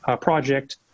project